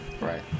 Right